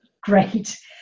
Great